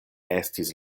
estis